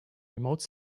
remote